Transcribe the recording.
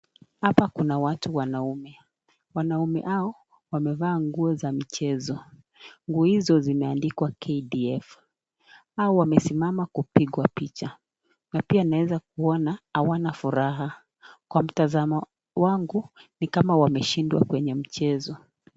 Hapa kuna watu wanaume. Wanaume hao wamevaa nguo za michezo. Nguo hizo zimeandikwa KDF . Hao wamesimama kupigwa picha. Na pia naweza kuona hawana furaha. Kwa mtazamo wangu ni kama wameshindwa kwenye mchezo.